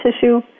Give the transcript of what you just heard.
tissue